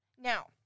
Now